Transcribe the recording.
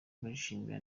bishimana